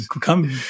come